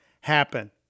happen